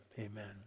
amen